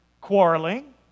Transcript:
quarreling